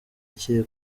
kiri